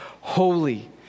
holy